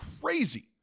crazy